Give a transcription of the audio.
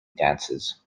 dances